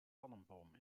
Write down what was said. palmboom